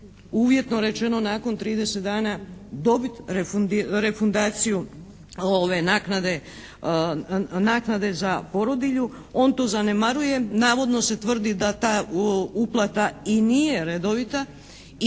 uvjetno rečeno nakon 30 dana dobiti refundaciju naknade za porodilju, on to zanemaruje navodno se tvrdi da ta uplata i nije redovita i